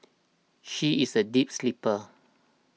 she is a deep sleeper